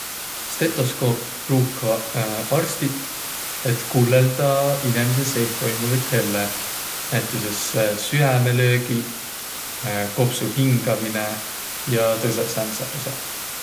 Stetoskoopõ pruukvaq arstiq, et kullõldaq inemise seeh toimuvit helle. Näütüses süämelöögiq, kopsu hingämine ja tõsõq säändseq as'aq.